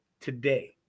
today